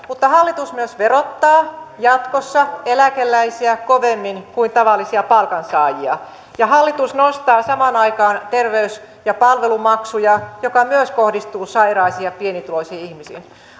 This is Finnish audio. mutta hallitus myös verottaa jatkossa eläkeläisiä kovemmin kuin tavallisia palkansaajia ja hallitus nostaa samaan aikaan terveys ja palvelumaksuja mikä myös kohdistuu sairaisiin ja pienituloisiin ihmisiin